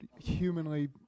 humanly